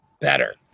better